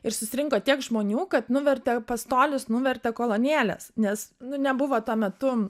ir susirinko tiek žmonių kad nuvertė pastolius nuvertė kolonėles nes nu nebuvo tuo metu